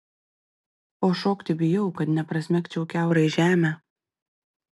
o šokti bijau kad neprasmegčiau kiaurai žemę